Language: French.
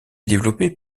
développé